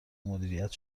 مدیریت